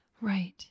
Right